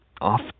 off